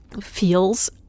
feels